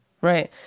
Right